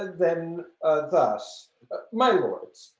then thus my lords,